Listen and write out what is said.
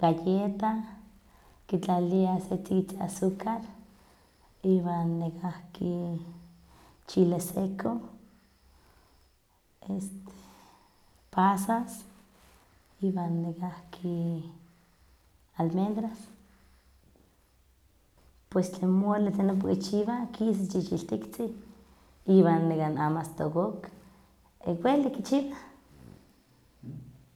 galleta, kitlaliliah se tzikitzin azucar, iwan nekahki chile seco, este pasas, iwan nekahki, almendras, pues tlen mole tlen ompa kichiwah kisa chichiltiktzin iwan neka amo asta kokok, welik kichiwah.